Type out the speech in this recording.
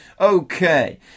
Okay